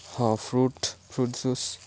ହଁ fruit fruit juice